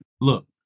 Look